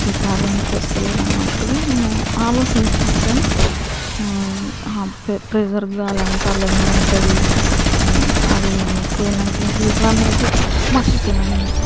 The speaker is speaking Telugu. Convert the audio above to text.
ఈ సారి ఎందుకో వస్తలేదు అన్నట్టుగా నేను ఆలోచించినా కానీ ప్రె ప్రెజర్ గాలి అంతా అలానే ఉంటుంది అది పోయినాకానే తీయాలి అనేది మర్చిపోయినా నేను